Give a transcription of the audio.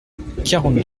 quarante